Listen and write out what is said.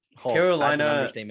Carolina